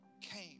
came